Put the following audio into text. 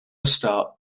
start